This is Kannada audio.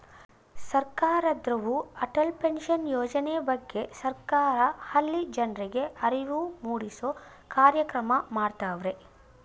ಸರ್ಕಾರದವ್ರು ಅಟಲ್ ಪೆನ್ಷನ್ ಯೋಜನೆ ಬಗ್ಗೆ ಸರ್ಕಾರ ಹಳ್ಳಿ ಜನರ್ರಿಗೆ ಅರಿವು ಮೂಡಿಸೂ ಕಾರ್ಯಕ್ರಮ ಮಾಡತವ್ರೆ